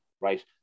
right